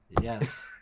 yes